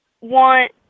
want